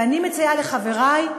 ואני מציעה לחברי,